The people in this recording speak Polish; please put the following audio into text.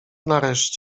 nareszcie